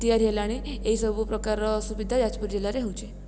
ତିଆରି ହେଲାଣି ଏହି ସବୁ ପ୍ରକାରର ସୁବିଧା ଯାଜପୁର ଜିଲ୍ଲା ରେ ହଉଛି